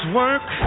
work